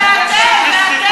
תתביישי לך.